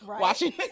watching